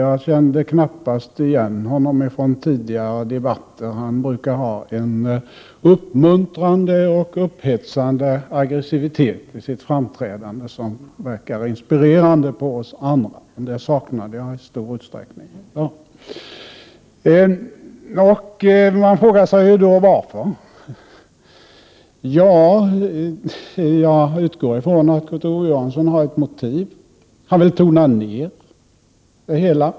Jag kände knappast igen honom från tidigare debatter. Han brukar ha en uppmuntrande och upphetsande aggressivitet i sitt framträdande, som verkar inspirerande på oss andra. Det saknade jag i stor utsträckning. Man frågar sig varför. Jag utgår från att Kurt Ove Johansson har ett motiv. Han vill tona ner det hela.